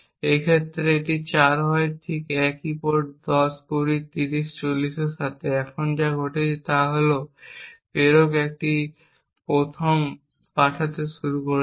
এই ক্ষেত্রে এটি 4 হয় ঠিক একই পোর্ট 10 20 30 এবং 40 এর সাথে তাই এখন যা ঘটছে তা হল প্রেরক একটি 0ম পাঠাতে শুরু করেছে